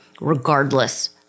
regardless